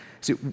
See